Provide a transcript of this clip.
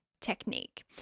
technique